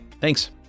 Thanks